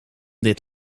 dit